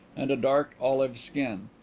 and a dark olive skin.